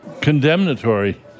condemnatory